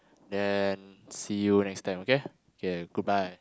ya see you next time okay okay goodbye